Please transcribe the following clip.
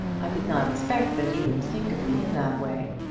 i did not expect that he would think of me in that way.